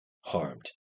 harmed